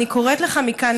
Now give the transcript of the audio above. אני קוראת לך מכאן,